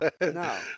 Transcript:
No